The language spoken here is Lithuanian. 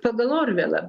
pagal orvelą